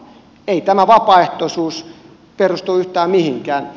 ei tämä vapaaehtoisuus perustu yhtään mihinkään